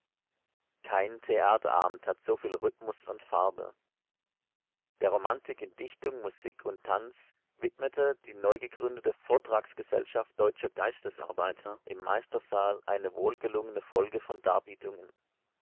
kein theaterabend hat so viel rhythmus und farbe der romantik in dichtung musik und tanz widmete die neugegründete vortragsgewerkschaft deutscher geistesarbeiter im meistersaal eine wohlgelungene folge von darbietungen